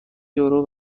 یورو